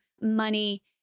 money